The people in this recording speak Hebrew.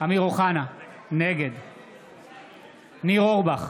אמיר אוחנה, נגד ניר אורבך,